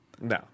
No